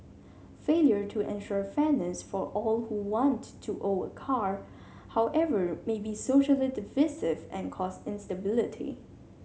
failure to ensure fairness for all who want to own a car however may be socially divisive and cause instability